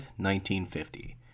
1950